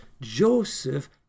Joseph